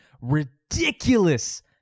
ridiculous